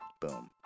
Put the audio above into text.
Boom